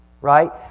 right